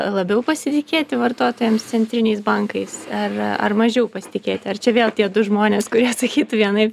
labiau pasitikėti vartotojams centriniais bankais ar ar mažiau pasitikėti ar čia vėl tie du žmonės kurie sakytų vienaip